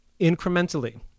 incrementally